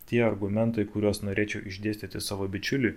tie argumentai kuriuos norėčiau išdėstyti savo bičiuliui